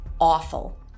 awful